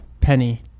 Penny